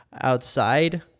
outside